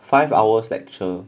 five hours lecture